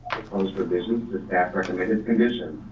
proposed for business with that recommended condition.